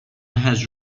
has